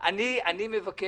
לפני שלושה חודשים